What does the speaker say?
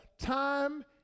time